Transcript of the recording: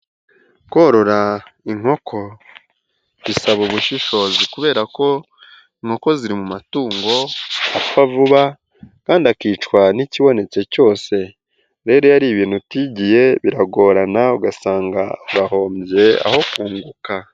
Korora inkoko bisaba ubushishozi kubera ko inkoko ziri mu matungo apfa vuba kandi akicwa n'ikibonetse cyose, rero iyo ari ibintu utigiye biragorana ugasanga wahombye aho kunguka.